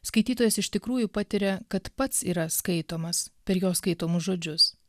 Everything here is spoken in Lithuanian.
skaitytojas iš tikrųjų patiria kad pats yra skaitomas per jo skaitomus žodžius